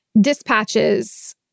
dispatches